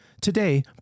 Today